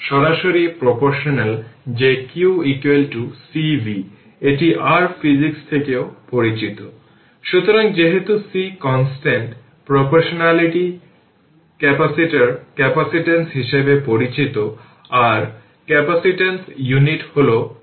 সুতরাং এই ক্ষেত্রে এটি ইকুইভ্যালেন্ট সার্কিট এটি x 10 Ω এবং 90 Ω সিরিজে রয়েছে যে এটি 20 মিলিফ্যারাড এবং ইনিশিয়াল ক্যাপাসিটরটি v C0 15 ভোল্টে চার্জ করা হয়েছিল যা দেখেছি